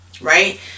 Right